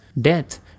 Death